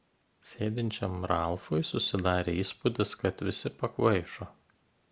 sėdinčiam ralfui susidarė įspūdis kad visi pakvaišo